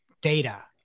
Data